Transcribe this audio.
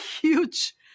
huge